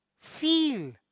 feel